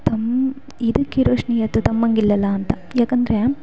ತಮ್ಮ ಇದಕ್ಕಿರೋ ಅಷ್ಟು ನಿಯತ್ತು ತಮ್ಮನಿಗಿಲ್ಲಲ್ಲಾ ಅಂತ ಯಾಕೆಂದ್ರೆ